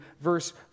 verse